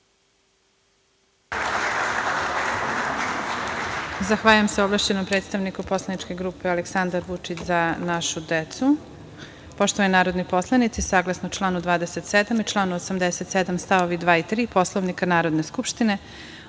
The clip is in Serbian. Zahvaljujem se ovlašćenom predstavniku poslaničke grupe Aleksandar Vučić – Za našu decu. Poštovani narodni poslanici, saglasno članu 27. i članu 87. st. 2. i 3. Poslovnika Narodne skupštine,